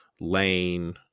lane